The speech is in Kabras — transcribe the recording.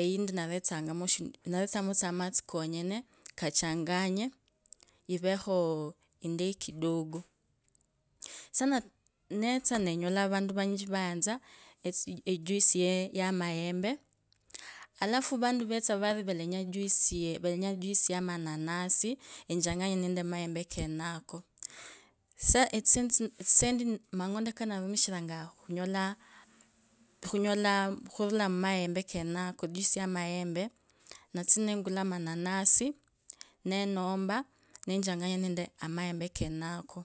Eyindi ndaretsangamo shhh ndaretsinyamo tsaa amatsi konyene kachanganye, ivekhooo indayi kidogo, sa sa- nsetsa nenyala avantu vanyinji vayanza echuisi eyamaembe watu alafu vetso vori valenyanya echuisi ya monanaai enchanganye nende amaembe kenako, sa tsise mangondo ndarumishiranga khunyola khunyola khurula mumaembe keneko echuisi ya maembe ndatsia nengula amananasi nendomba, nechonganya namaembe kenako,